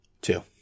Two